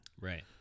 Right